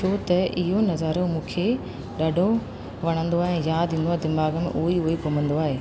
छो त इहो नज़ारो मूंखे ॾाढो वणंदो आहे यादि ईंदो आहे दीमाग़ु में उहेई उओ ई घुमंदो आहे